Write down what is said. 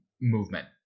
movement